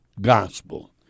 gospel